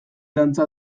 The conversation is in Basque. dantza